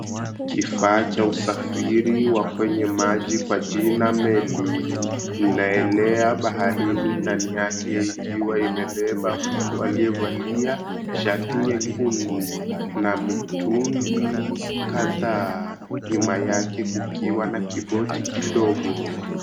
Kifaa cha usafiri wa kwenye maji kwa jina meli. Inaelea baharini ndani yake ikiwa imebeba mtu aliyevalia shati nyekundu, na mitungi kadhaa. Nyuma yake kukiwa na kiboti kidogo.